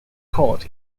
court